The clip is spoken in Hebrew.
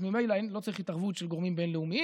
אז ממילא לא צריך התערבות של גורמים בין-לאומיים,